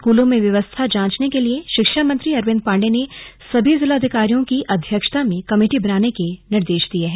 स्कूलों में व्यवस्था जांचने के लिए शिक्षा मंत्री अरविंद पांडेय ने सभी जिलाधिकारियों की अध्यक्षता में कमेटी बनाने के निर्देश दिये हैं